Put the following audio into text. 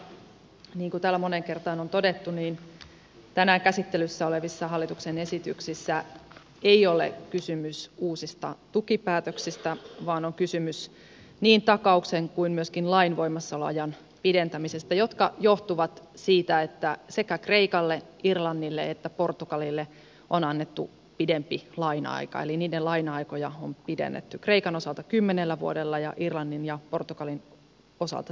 niin kuin täällä moneen kertaan on todettu tänään käsittelyssä olevissa hallituksen esityksissä ei ole kysymys uusista tukipäätöksistä vaan on kysymys niin takauksen kuin myöskin lain voimassaoloajan pidentämisestä mikä johtuu siitä että sekä kreikalle irlannille että portugalille on annettu pidempi laina aika eli niiden laina aikoja on pidennetty kreikan osalta kymmenellä vuodella ja irlannin ja portugalin osalta seitsemällä vuodella